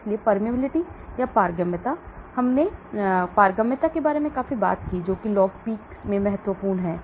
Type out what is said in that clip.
इसलिए पारगम्यता हमने पारगम्यता के बारे में काफी बात की जो log P में महत्वपूर्ण है